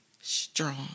strong